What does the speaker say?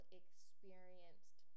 experienced